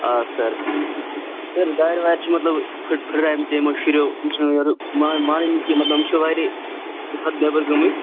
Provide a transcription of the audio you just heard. آ سَر دارِ وارِ چھِ مَطلَب فُٹ فُٹرامژٕ یِمو شُرِیٚو یِم چھِنہٕ مان مانٲنی کِہیٖنٛۍ مَطلَب یِم چھِ واریاہ حَدٕ نیٚبَر گٲمٕتۍ